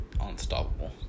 unstoppable